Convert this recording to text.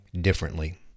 differently